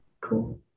cool